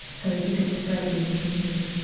so that he could spread these teachings.